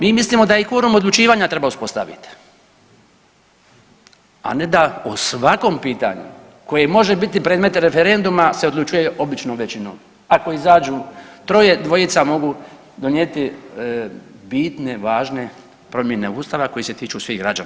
Mi mislimo da i kvorum odlučivanja treba uspostaviti, a ne da o svakom pitanju koje može bit predmet referenduma se odlučuje običnom većinom, ako izađu, troje, dvojica mogu donijeti bitne, važne promjene Ustava koje se tiču svih građana.